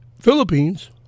Philippines